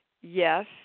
Yes